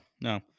no